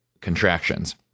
contractions